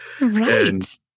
Right